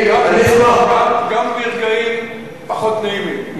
גם ברגעים פחות נעימים.